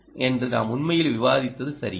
என்று நாம் உண்மையில் விவாதித்தது சரியா